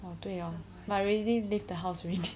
oh 对 lor but I already leave the house already